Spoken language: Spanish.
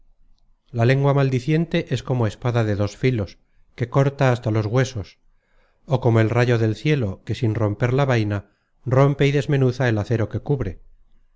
la lengua maldiciente es como espada de dos filos que corta hasta los huesos ó como rayo del cielo que sin romper la vaina rompe y desmenuza el acero que cubre